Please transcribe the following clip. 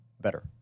better